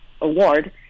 Award